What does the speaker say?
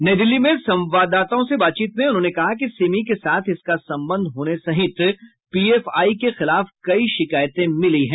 नई दिल्ली में संवाददाताओं से बातचीत में उन्होंने कहा कि सिमी के साथ इसका संबंध होने सहित पीएफआई के खिलाफ कई शिकायतें मिली हैं